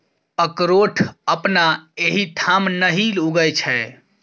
अकरोठ अपना एहिठाम नहि उगय छै